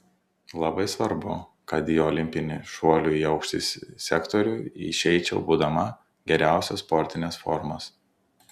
labai svarbu kad į olimpinį šuolių į aukštį sektorių išeičiau būdama geriausios sportinės formos